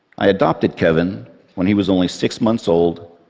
i adopted kevin when he was only six months old,